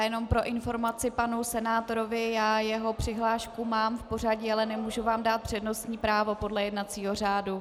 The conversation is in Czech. Jenom pro informaci panu senátorovi, jeho přihlášku mám v pořadí, ale nemůžu vám dát přednostní právo podle jednacího řádu.